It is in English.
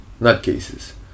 Nutcases